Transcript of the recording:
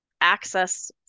access